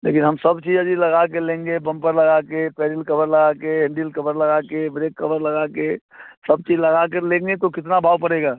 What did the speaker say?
लेकिन हम सब चीज़ अजी लगा कर लेंगे बम्पर लगा कर पैडिल कभर लगा कर हैंडिल कभर लगा कर ब्रेक कभर लगा कर सब चीज़ लगा कर लेंगे तो कितना भाव पड़ेगा